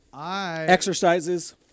Exercises